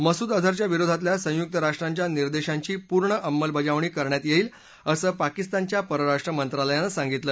मसुद अजहरच्या विरोधातल्या संयुक राष्ट्राच्या निर्देशांची पूर्ण अंमलबजावणी करण्यात येईल असं पाकिस्तानच्या परराष्ट्र मंत्रालयानं सांगितलं